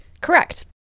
Correct